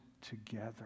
together